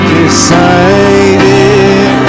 decided